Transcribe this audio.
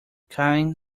kind